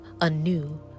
anew